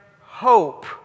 hope